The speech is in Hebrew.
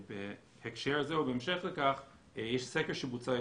בהקשר הזה ובהמשך לכך יש סקר שבוצע על